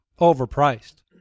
overpriced